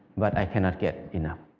but i cannot get enough.